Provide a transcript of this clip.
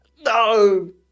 No